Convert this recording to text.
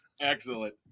excellent